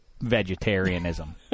vegetarianism